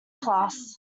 class